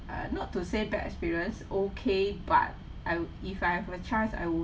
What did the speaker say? not to say bad experience O_K but I would if I have a chance I wouldn't